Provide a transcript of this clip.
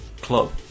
club